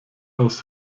aus